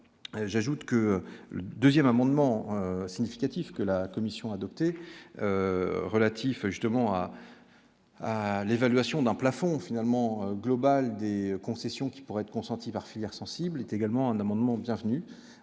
ajoute que le 2ème amendement significatif que la commission adoptées relatif justement à à l'évaluation dans plafond finalement globale des concessions qui pourraient être consentis par filière sensible est également un amendement bienvenue